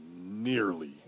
nearly